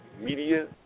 media